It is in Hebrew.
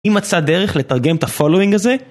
אם מצא דרך לתרגם את הfollowing הזה